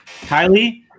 Kylie